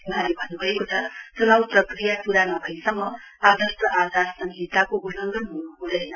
वहाँले भन्न्भएको छ च्नाउ प्रक्रिया प्रा नभएसम्म आदर्श आचार संहिताको उल्लंधन हुनुहुँदैन